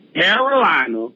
Carolina